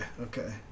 okay